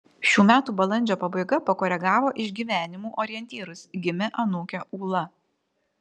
šių metų balandžio pabaiga pakoregavo išgyvenimų orientyrus gimė anūkė ūla